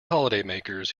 holidaymakers